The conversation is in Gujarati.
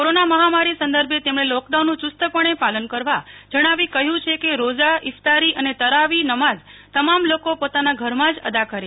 કોરોના મહામારી સંદર્ભે તેમણે લોકડાઉનનું ચુસ્તપણે પાલન કરવા જણાવી કહ્યું છે કે રોઝા ઈફતારી અને તરાવીહ નમાઝ તમામ લોકો પોતાના ઘરમાં જ અદા કરે